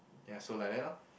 ya so like that lor